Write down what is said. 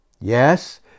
yes